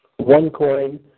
OneCoin